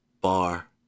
bar